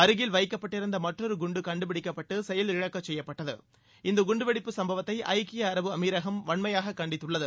அருகில் வைக்கப்பட்டிருந்த மற்றொரு குண்டு கண்டுபிடிக்கப்பட்டு செயலிழக்க செய்யப்பட்டது இந்த குண்டுவெடிப்பு சம்பவத்தை ஐக்கிய அரபு அமீரகம் வன்மையாக கண்டித்துள்ளது